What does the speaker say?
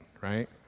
right